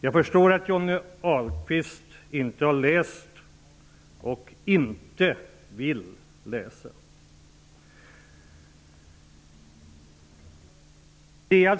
Jag förstår att Johnny Ahlqvist inte har läst och inte vill läsa den.